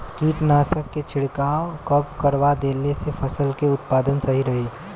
कीटनाशक के छिड़काव कब करवा देला से फसल के उत्पादन सही रही?